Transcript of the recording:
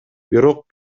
бирок